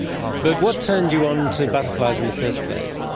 but what turned you on to butterflies in the first place?